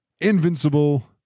Invincible